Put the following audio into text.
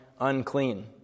unclean